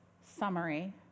summary